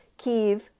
Kyiv